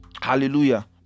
hallelujah